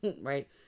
right